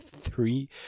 three